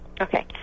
Okay